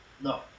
No